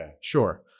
Sure